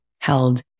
held